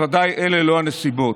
בוודאי אלה לא הנסיבות.